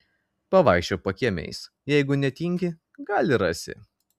pavaikščiok pakiemiais jeigu netingi gal ir rasi